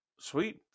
Sweet